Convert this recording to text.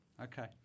Okay